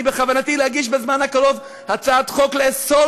בכוונתי להגיש בזמן הקרוב הצעת חוק לאסור